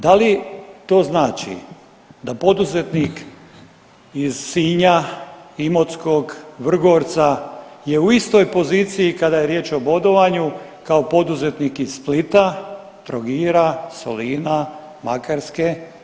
Da li to znači da poduzetnik iz Sinja, Imotskog, Vrgorca je u istoj poziciji kada je riječ o bodovanju kao poduzetnik iz Splita, Trogira, Solina, Makarske?